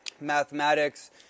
mathematics